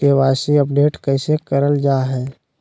KYC update कैसे करल जाहै?